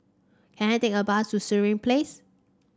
can I take a bus to Sireh Place